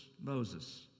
Moses